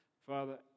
Father